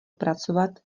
pracovat